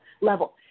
level